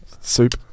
soup